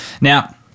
Now